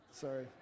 Sorry